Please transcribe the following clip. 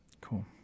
Cool